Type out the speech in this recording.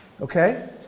okay